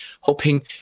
hoping